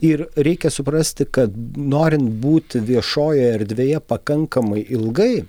ir reikia suprasti kad norint būti viešojoje erdvėje pakankamai ilgai